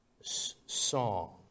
song